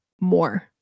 more